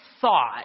thought